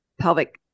pelvic